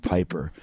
Piper